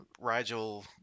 Rigel